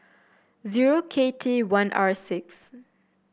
zero K T one R six